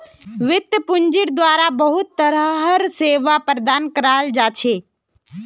वित्तीय पूंजिर द्वारा बहुत तरह र सेवा प्रदान कराल जा छे